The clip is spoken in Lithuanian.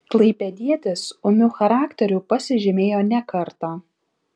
klaipėdietis ūmiu charakteriu pasižymėjo ne kartą